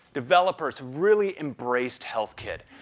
developers really embraced healthkit.